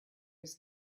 his